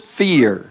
fear